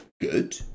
good